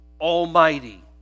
Almighty